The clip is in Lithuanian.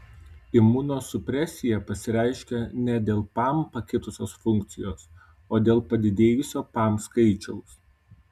imunosupresija pasireiškia ne dėl pam pakitusios funkcijos o dėl padidėjusio pam skaičiaus